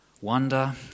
wonder